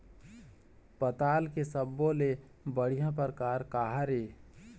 पताल के सब्बो ले बढ़िया परकार काहर ए?